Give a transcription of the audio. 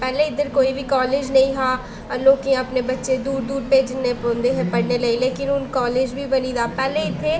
पैह्लें इद्धर कोई बी कालज नेईं हा लोकें गी अपने बच्चे दूर दूर भेजने पौंदे हे पढ़ने लेई लेकिन हून कालज बी बनी दा पैह्लें इत्थै